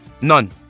None